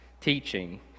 teaching